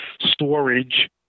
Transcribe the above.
storage